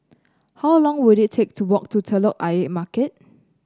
how long will it take to walk to Telok Ayer Market